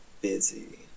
busy